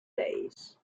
days